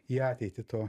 į ateitį to